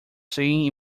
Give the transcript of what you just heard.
seeing